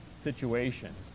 situations